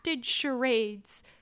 charades